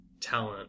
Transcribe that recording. talent